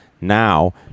Now